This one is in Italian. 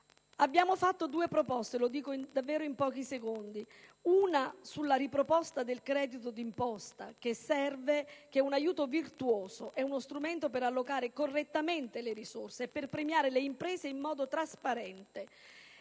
Abbiamo fatto - lo dico davvero in pochi secondi - due proposte. La prima sulla riproposizione del credito d'imposta, che serve, che è un aiuto virtuoso, che è strumento per allocare correttamente le risorse e per premiare le imprese in modo trasparente.